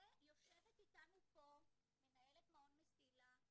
ויושבת איתנו פה מנהלת מעון 'מסילה',